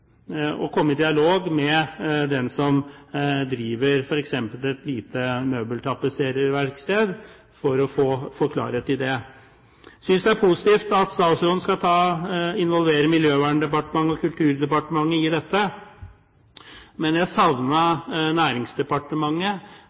komme i dialog med dem som driver f.eks. et lite møbeltapetsererverksted, for å få klarhet i det. Jeg synes det er positivt at statsråden skal involvere Miljøverndepartementet og Kulturdepartementet i dette, men jeg savnet Næringsdepartementet.